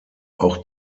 auch